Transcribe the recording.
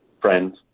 friends